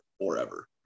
forever